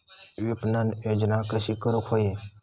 विपणन योजना कशी करुक होई?